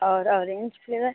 और orange flavour